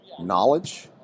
knowledge